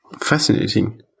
Fascinating